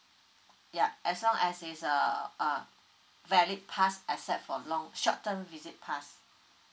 ya as long as it's a uh valid pass except for long short term visit pass